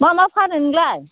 मा मा फानो नोंलाय